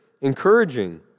encouraging